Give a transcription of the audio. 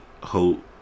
hope